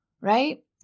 right